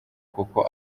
kuko